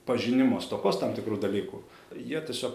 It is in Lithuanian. pažinimo stokos tam tikrų dalykų jie tiesiog